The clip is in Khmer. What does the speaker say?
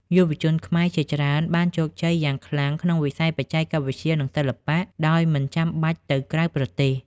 យុវជនខ្មែរជាច្រើនបានជោគជ័យយ៉ាងខ្លាំងក្នុងវិស័យបច្ចេកវិទ្យា និងសិល្បៈ ដោយមិនចាំបាច់ទៅក្រៅប្រទេស។